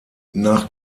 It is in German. nach